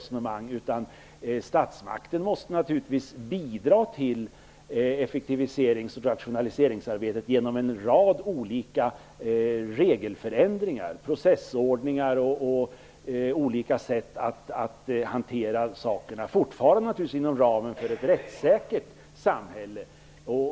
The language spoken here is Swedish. Statsmakten måste naturligtvis bidra till effektiviserings och rationaliseringsarbetet genom en rad olika regelförändringar, processordningar och andra sätt att hantera saker och ting - fortfarande inom ramen för ett rättssäkert samhälle naturligtvis.